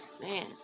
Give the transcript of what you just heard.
Man